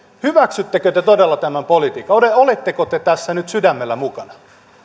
hyväksyttekö te todella tämän politiikan oletteko te tässä nyt sydämellä mukana